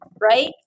right